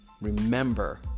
remember